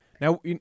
Now